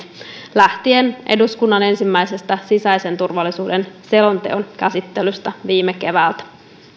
lähtien eduskunnan ensimmäisestä sisäisen turvallisuuden selonteon käsittelystä viime keväältä